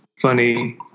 funny